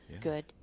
good